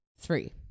three